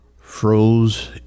froze